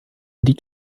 die